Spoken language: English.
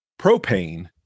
propane